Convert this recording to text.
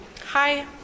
Hi